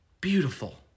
beautiful